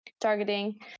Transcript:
targeting